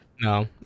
no